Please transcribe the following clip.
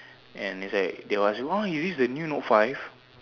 and is like they will ask you !wow! you use the new note-five